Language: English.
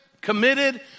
committed